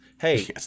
Hey